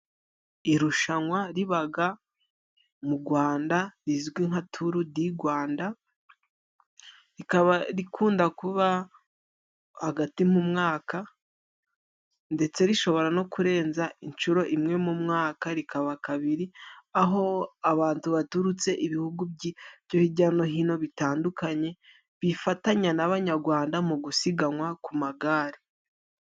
Irushanwa ribaga mu Gwanda rizwi nka turudigwanda, rikaba rikunda kuba hagati mu mwaka ndetse rishobora no kurenza inshuro imwe mu mwaka rikaba kabiri, aho abandu baturutse ibihugu byo hijya no hino bitandukanye bifatanya n'abanyagwanda mu gusiganwa ku magare.